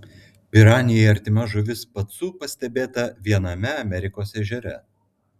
piranijai artima žuvis pacu pastebėta viename amerikos ežere